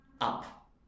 up